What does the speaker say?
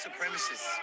supremacists